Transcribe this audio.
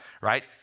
right